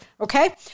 Okay